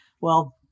well-